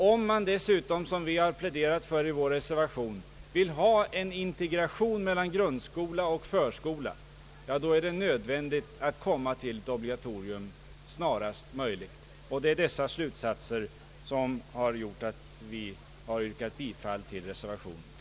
Om man dessutom, som vi har pläderat för i vår reservation, vill ha en integration mellan grundskola och förskola är det nödvändigt att införa ett obligatorium snarast möjligt.